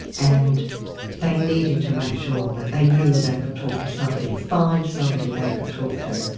and they needed to make sure that they knew they could talk to somebody, find somebody they could talk to.